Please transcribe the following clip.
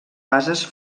bases